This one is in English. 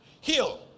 Heal